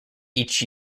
each